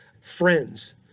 Friends